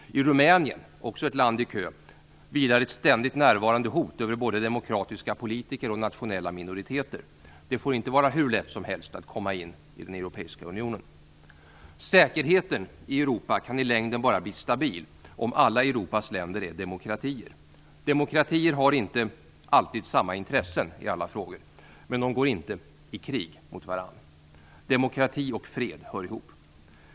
I Rumänien, också ett land i kö, vilar ett ständigt närvarande hot över både demokratiska politiker och nationella minoriteter. Det får inte vara hur lätt som helst att komma med i den europeiska unionen. Säkerheten i Europa kan i längden bara bli stabil om alla Europas länder är demokratier. Demokratier har inte alltid samma intressen i alla frågor, men de går inte i krig med varandra. Demokrati och fred hör ihop.